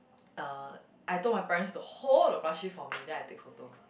uh I told my parents to hold the Plushie for me then I take photo